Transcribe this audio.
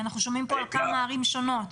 אנחנו שומעים על כמה ערים שונות.